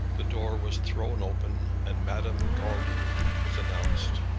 the door was thrown open and madam gordeloup was announced.